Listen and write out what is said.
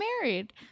married